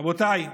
רבותיי,